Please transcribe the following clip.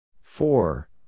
Four